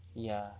oh